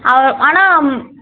அவன் ஆனால்